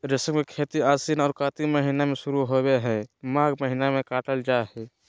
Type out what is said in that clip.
रेशम के खेती आशिन औरो कार्तिक महीना में शुरू होबे हइ, माघ महीना में काटल जा हइ